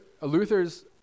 Luther's